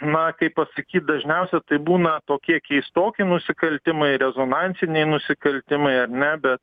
na kaip pasakyt dažniausia tai būna tokie keistoki nusikaltimai rezonansiniai nusikaltimai ar ne bet